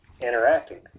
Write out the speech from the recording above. interacting